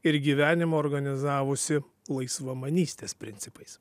ir gyvenimą organizavusi laisvamanystės principais